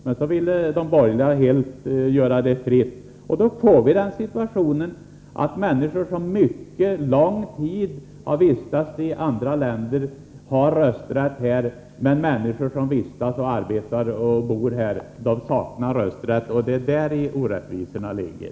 Sedan ville de borgerliga ta bort begränsningarna, och då får vi situationen att människor som under mycket lång tid har vistats i andra länder har rösträtt här medan människor som vistas, arbetar och bor här saknar rösträtt. Det är däri orättvisorna ligger.